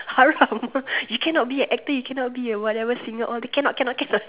haram you cannot be an actor you cannot be a whatever singer all cannot cannot cannot